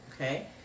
Okay